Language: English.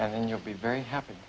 and you'll be very happy